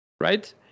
right